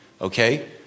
okay